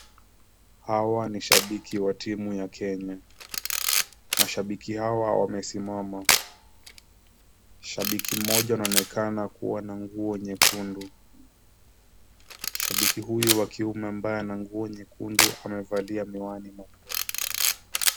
Hawa ni shabiki wa timu ya Kenya. Mashabiki hawa wamesimama. Shabiki mmoja anaonekana kuwa na nguo nyekundu. Shabiki huyu wa kiume ambaye ana nguo nyekundu amevalia miwani.